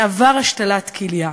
עבר השתלת כליה